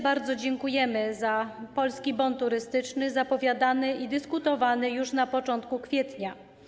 Bardzo dziękujemy za polski bon turystyczny zapowiadany i dyskutowany już na początku kwietnia.